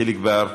חיליק בר,